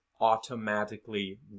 automatically